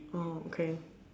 oh okay